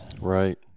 Right